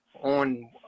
on